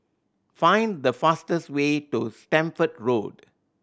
find the fastest way to Stamford Road